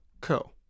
Co